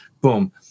Boom